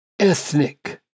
Ethnic